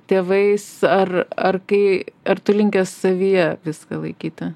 tėvais ar ar kai ar tu linkęs savyje viską laikyti